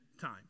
time